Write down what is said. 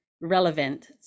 relevant